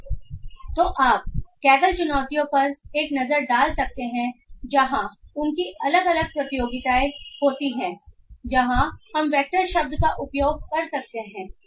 तो आप कैगल चुनौतियों पर एक नज़र डाल सकते हैं जहाँ उनकी अलग अलग प्रतियोगिताएं होती हैं जहाँ हम वैक्टर शब्द का उपयोग कर सकते हैं